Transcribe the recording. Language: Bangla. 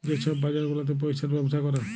যে ছব বাজার গুলাতে পইসার ব্যবসা ক্যরে